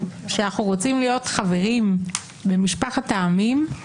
כשאנחנו רוצים להיות חברים במשפחת העמים,